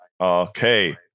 Okay